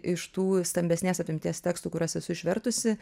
iš tų stambesnės apimties tekstų kuriuos esu išvertusi